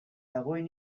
dagoen